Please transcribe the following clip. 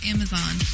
Amazon